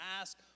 ask